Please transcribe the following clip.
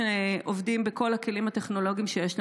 כשעובדים בכל הכלים הטכנולוגיים שיש לנו,